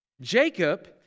Jacob